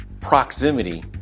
proximity